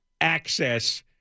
access